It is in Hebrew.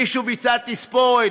מישהו ביצע תספורת,